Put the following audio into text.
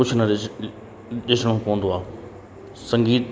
कुझु न ॾिस ॾिसणो पवंदो आहे संगीत